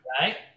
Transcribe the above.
Right